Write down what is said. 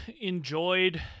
enjoyed